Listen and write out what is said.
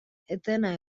etena